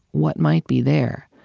what might be there,